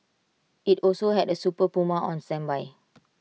IT also had A super Puma on standby